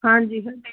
ਹਾਂਜੀ ਹਾਂਜੀ